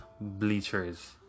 bleachers